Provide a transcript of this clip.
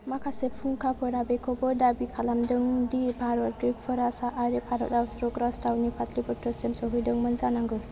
माखासे फुंखाफोरा बेखौबो दाबि खालामदोंदि भारत ग्रीकफोरा साआरि भारतआव शुंग' राजथावनि पाटलिपुत्र'सिम सहैदोंमोन जानांगौ